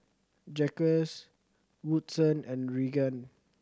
Jacques Woodson and Regan